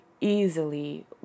easily